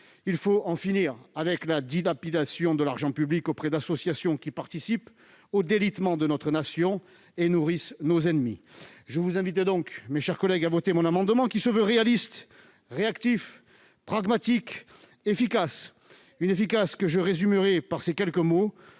devons en finir avec la dilapidation de l'argent public auprès d'associations qui participent au délitement de notre nation et nourrissent nos ennemis. Je vous invite donc, mes chers collègues, à voter mon amendement, qui se veut réaliste, réactif, pragmatique et efficace. Je le résumerai par ces quelques mots